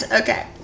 okay